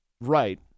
Right